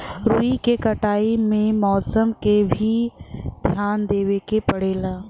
रुई के कटाई में मौसम क भी धियान देवे के पड़ेला